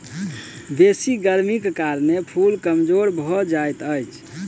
बेसी गर्मीक कारणें फूल कमजोर भअ जाइत अछि